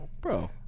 Bro